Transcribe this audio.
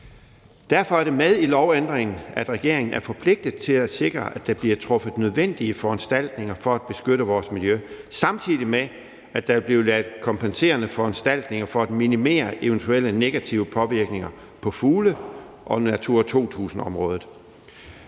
Derfor er det med i lovændringen, at regeringen er forpligtet til at sikre, at der bliver truffet de nødvendige foranstaltninger for at beskytte vores miljø, samtidig med at der er blevet lavet kompenserende foranstaltninger for at minimere eventuelle negative påvirkninger på fugle og Natura 2000-områder.